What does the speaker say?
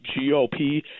GOP